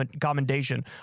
commendation